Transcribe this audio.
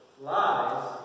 lies